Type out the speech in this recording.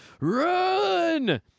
run